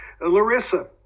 Larissa